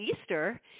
Easter